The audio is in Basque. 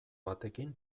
batekin